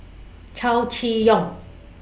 Chow Chee Yong